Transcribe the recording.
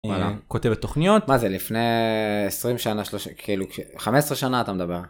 כותב תוכניות מה זה לפני 20 שנה שלושים כאילו 15 שנה אתה מדבר.